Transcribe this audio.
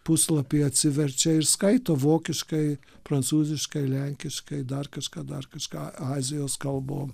puslapį atsiverčia ir skaito vokiškai prancūziškai lenkiškai dar kažką dar kažką azijos kalbom